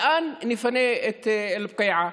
לאן נפנה את אל-בקיעה?